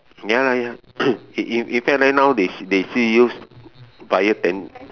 ya ya in in fact right now they still use